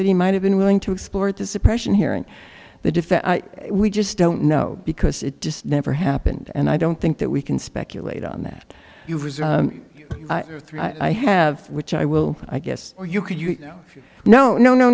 that he might have been willing to explore at the suppression hearing the defense we just don't know because it just never happened and i don't think that we can speculate on that you resign i have which i will i guess you could you know no no